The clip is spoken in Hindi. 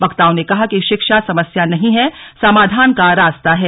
वक्ताओं ने कहा कि शिक्षा समस्या नहीं है समाधान का रास्ता है